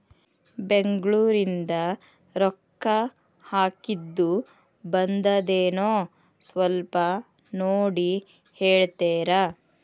ಬೆಂಗ್ಳೂರಿಂದ ರೊಕ್ಕ ಹಾಕ್ಕಿದ್ದು ಬಂದದೇನೊ ಸ್ವಲ್ಪ ನೋಡಿ ಹೇಳ್ತೇರ?